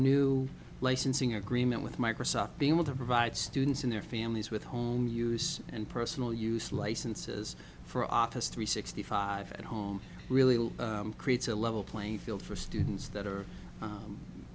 new licensing agreement with microsoft being able to provide students in their families with home use and personal use licenses for office three sixty five at home really creates a level playing field for students that are